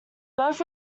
both